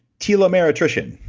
telomere attrition.